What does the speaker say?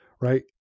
right